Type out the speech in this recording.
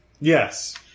Yes